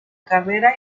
carrera